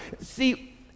See